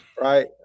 Right